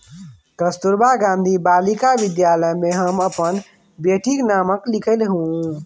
कस्तूरबा गांधी बालिका विद्यालय मे हम अपन बेटीक नाम लिखेलहुँ